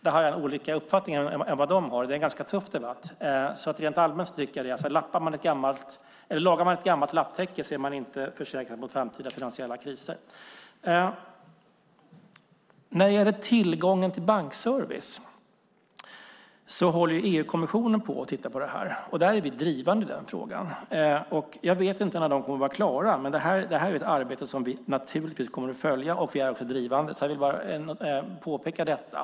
Där har vi olika uppfattningar. Det är en ganska tuff debatt. Rent allmänt tycker jag att lagar man ett gammalt lapptäcke är man inte försäkrad mot framtida finansiella kriser. När det gäller tillgången till bankservice håller EU-kommissionen på och tittar på det. I den frågan är vi drivande. Jag vet inte när de kommer att vara klara, men detta är ett arbete som vi naturligtvis kommer att följa och som vi också är drivande i. Jag vill bara påpeka detta.